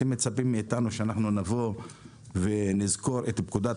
אתם מצפים מאיתנו שאנחנו נזכור את פקודת